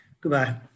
Goodbye